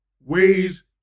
ways